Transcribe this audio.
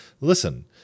listen